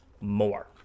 more